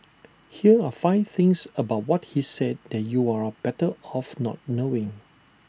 here are five things about what he said that you're better off not knowing